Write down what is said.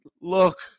look